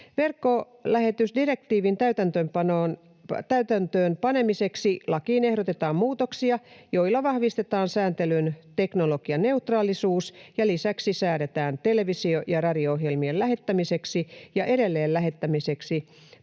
Verkkolähetysdirektiivin täytäntöönpanemiseksi lakiin ehdotetaan muutoksia, joilla vahvistetaan sääntelyn teknologianeutraalisuus, ja lisäksi säädetään televisio- ja radio-ohjelmien lähettämiseksi ja edelleen lähettämiseksi